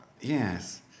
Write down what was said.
Yes